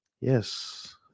yes